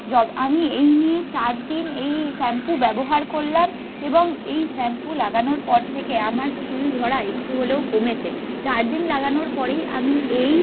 যব আমি এই নিয়ে চার দিন এই শ্যাম্পু ব্যবহার করলাম এবং এই শ্যাম্পু লাগানোর পর থেকে আমার চুল ঝরা একটু হলেও কমেছে চার দিন লাগানোর পরেই আমি এই